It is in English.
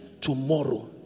tomorrow